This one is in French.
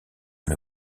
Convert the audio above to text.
une